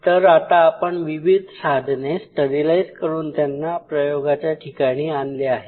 तर आता आपण विविध साधने स्टरीलाईज करून त्यांना प्रयोगाच्या ठिकाणी आणले आहे